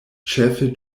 ĉefe